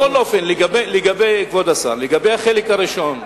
בכל אופן, כבוד השר, לגבי החלק הראשון,